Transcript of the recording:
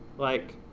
like,